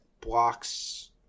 blocks